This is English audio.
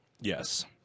Yes